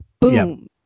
Boom